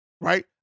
right